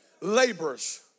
Laborers